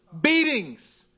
Beatings